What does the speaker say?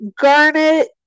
Garnet